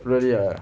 really ah